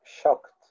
shocked